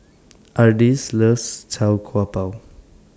Ardis loves Tau Kwa Pau